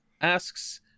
asks